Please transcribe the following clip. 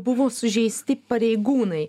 buvo sužeisti pareigūnai